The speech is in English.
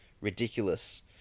ridiculous